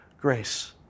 grace